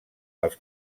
els